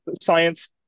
science